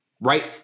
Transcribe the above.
Right